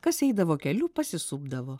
kas eidavo keliu pasisupdavo